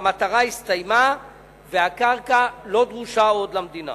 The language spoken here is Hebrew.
אך המטרה הסתיימה והקרקע לא דרושה עוד למדינה.